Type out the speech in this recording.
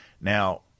Now